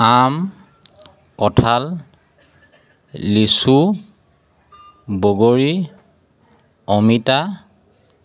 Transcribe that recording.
আম কঁঠাল লিচু বগৰী অমিতা